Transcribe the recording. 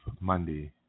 Monday